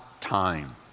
time